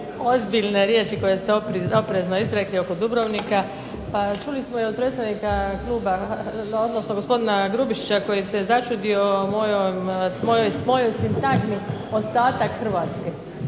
ozbiljne riječi koje ste oprezno izrekli oko Dubrovnika. Pa čuli smo i od predsjednika kluba, odnosno gospodina Grubišića koji se začudio mojoj sintagmi ostatak Hrvatske.